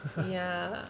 ya